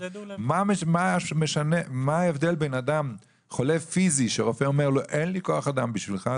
מה ההבדל בין אדם שהוא חולה פיזית שרופא אומר לו אין לי כוח אדם בשבילך,